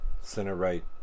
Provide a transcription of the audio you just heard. center-right